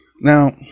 Now